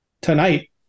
tonight